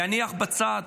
להניח בצד